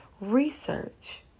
research